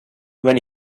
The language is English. when